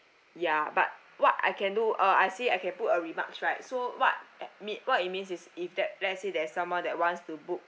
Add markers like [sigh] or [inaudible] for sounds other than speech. ya but what I can do uh I see I can put a remarks right so what at mean what it means is if that let's say there's someone that wants to book [breath]